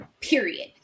Period